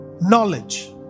Knowledge